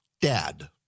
dad